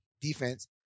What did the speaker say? defense